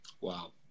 Wow